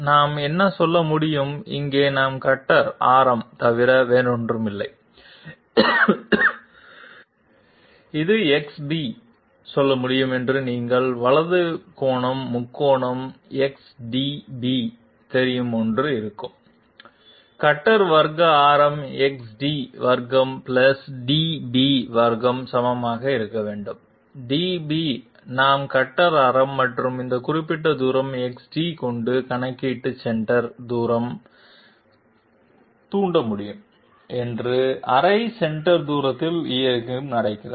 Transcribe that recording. நாம் என்ன சொல்ல முடியும் இங்கே நாம் கட்டர் ஆரம் தவிர வேறொன்றுமில்லை இது XB சொல்ல முடியும் என்று நீங்கள் வலது கோணம் முக்கோணம் XDB தெரியும் ஒன்று இருக்கும் கட்டர் வர்க் ஆரம் XD வர்க் DB வர்கம் சமமாக இருக்க வேண்டும் DB நாம் கட்டர் ஆரம் மற்றும் இந்த குறிப்பிட்ட தூரம் xd கொண்டு கணக்கீடு சென்டர் தூரம் தூண்ட முடியும் என்று அரை சென்டர் தூரத்தில் இருக்கும் நடக்கிறது